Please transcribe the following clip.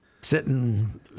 sitting